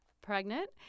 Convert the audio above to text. pregnant